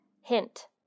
Hint